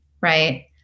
right